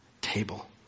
table